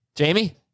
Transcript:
Jamie